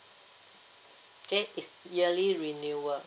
okay it's yearly renewal